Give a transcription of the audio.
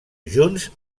junts